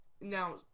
Now